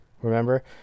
Remember